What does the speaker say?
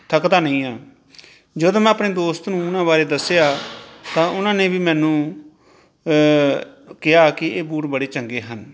ਥੱਕਦਾ ਨਹੀਂ ਹਾਂ ਜਦੋਂ ਮੈਂ ਆਪਣੇ ਦੋਸਤ ਨੂੰ ਉਹਨਾਂ ਬਾਰੇ ਦੱਸਿਆ ਤਾਂ ਉਹਨਾਂ ਨੇ ਵੀ ਮੈਨੂੰ ਕਿਹਾ ਕਿ ਇਹ ਬੂਟ ਬੜੇ ਚੰਗੇ ਹਨ